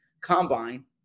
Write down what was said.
combine